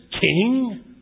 King